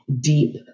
deep